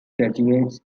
graduates